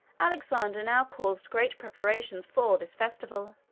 alexander now caused great preparations for this festival.